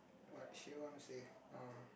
what she wanna say um